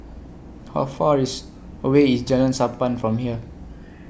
How Far IS away IS Jalan Sappan from here